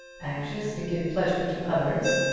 anxious to give pleasure to others,